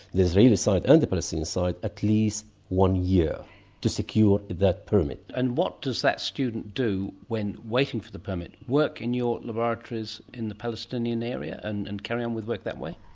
the israeli side and the and palestinian side, at least one year to secure that permit. and what does that student do when waiting for the permit? work in your laboratories in the palestinian area and and carry on with work that way?